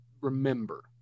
remember